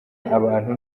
abantu